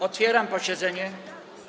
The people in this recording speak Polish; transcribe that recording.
Otwieram posiedzenie.